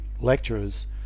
lecturers